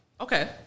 Okay